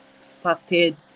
started